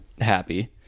happy